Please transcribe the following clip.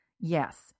Yes